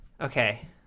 Okay